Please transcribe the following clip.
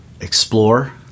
explore